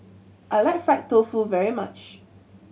I like fried tofu very much